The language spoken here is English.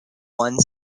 one